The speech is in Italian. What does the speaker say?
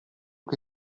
che